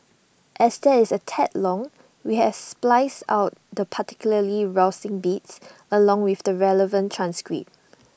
as that is A tad long we has spliced out the particularly rousing bits along with the relevant transcript